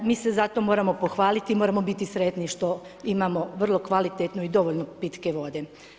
Mi se zato moramo pohvaliti i moramo biti sretni što imamo vrlo kvalitetnu i dovoljno pitke vode.